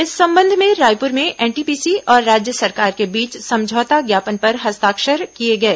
इस संबंध में रायपुर में एनटीपीसी और राज्य सरकार के बीच समझौता ज्ञापन पर हस्ताक्षर किए गए